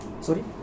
Sorry